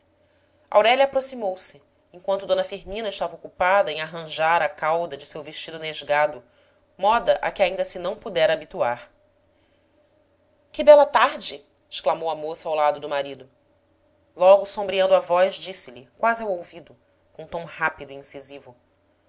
aurélia aproximou-se enquanto d firmina estava ocupada em arranjar a cauda de seu vestido nesgado moda a que ainda se não pudera habituar que bela tarde exclamou a moça ao lado do marido logo sombreando a voz disse-lhe quase ao ouvido com tom rápido e incisivo